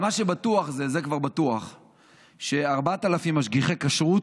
מה שבטוח, זה כבר בטוח ש-4,000 משגיחי כשרות,